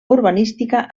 urbanística